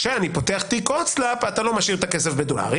כשאני פותח תיק הוצל"פ אתה לא משאיר את הכסף בדולרים.